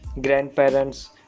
grandparents